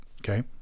Okay